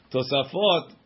Tosafot